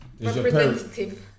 representative